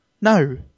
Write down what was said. No